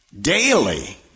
daily